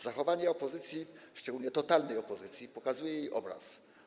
Zachowanie opozycji, szczególnie totalnej opozycji, pokazuje jej obraz.